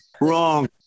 wrong